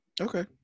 Okay